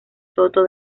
soto